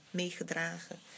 meegedragen